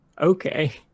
Okay